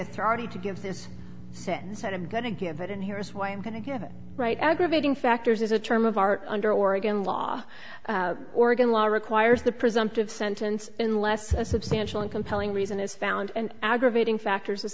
authority to give this sentence and i'm going to give it and here is why i'm going to get it right aggravating factors is a term of art under oregon law oregon law requires the presumptive sentence unless a substantial and compelling reason is found and aggravating factors